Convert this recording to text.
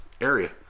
area